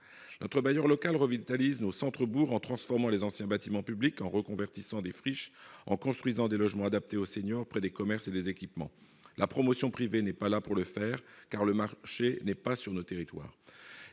notre bailleur local revitalise nos centres bourg en transformant les anciens bâtiments publics en reconverti sont friches en construisant des logements adaptés aux seniors près des commerces et des équipements, la promotion privée n'est pas là pour le faire, car le marché n'est pas sur notre territoire